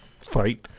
Fight